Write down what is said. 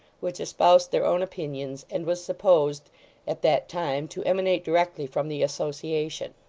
which espoused their own opinions, and was supposed at that time to emanate directly from the association.